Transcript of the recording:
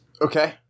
Okay